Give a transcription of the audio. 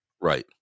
right